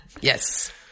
Yes